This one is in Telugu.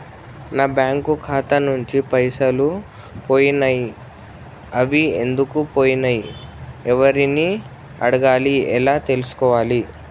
నా బ్యాంకు ఖాతా నుంచి పైసలు పోయినయ్ అవి ఎందుకు పోయినయ్ ఎవరిని అడగాలి ఎలా తెలుసుకోవాలి?